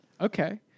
Okay